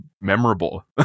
memorable